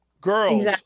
girls